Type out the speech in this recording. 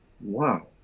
wow